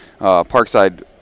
Parkside